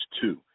two